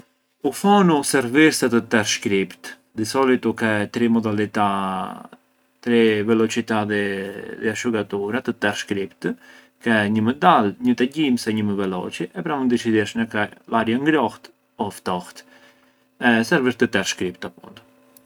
U fonu servir sa të tersh kript, di solitu ke tri modalità- tri velocità di-di asciugatura të tersh kript: ke një më dal, një te gjymsa e një më veloçi e pranë mënd diçidirsh na ke l’aria ngrohtë o ftohtë e servir të tersh kript appuntu.